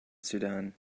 sudan